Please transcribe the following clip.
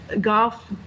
golf